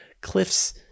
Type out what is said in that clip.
Cliff's